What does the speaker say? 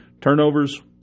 turnovers